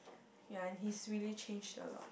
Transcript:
ya he's really changed a lot